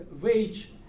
wage